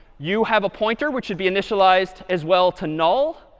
you have a pointer, which should be initialized as well to null.